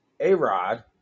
A-Rod